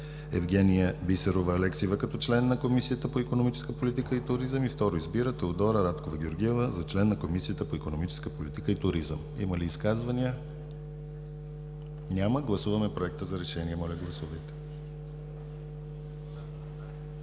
Евгения Бисерова Алексиева като член на Комисията по икономическа политика и туризъм. 2. Избира Теодора Радкова Георгиева за член на Комисията по икономическа политика и туризъм.“ Има ли изказвания? Няма. Гласуваме Проекта за решение. Гласували